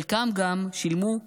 חלקם גם שילמו,